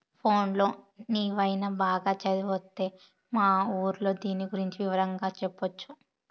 పోన్లే నీవైన బాగా చదివొత్తే మన ఊర్లో దీని గురించి వివరంగా చెప్పొచ్చు